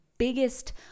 biggest